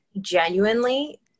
genuinely